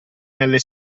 nelle